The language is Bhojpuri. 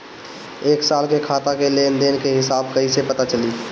एक साल के खाता के लेन देन के हिसाब कइसे पता चली?